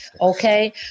Okay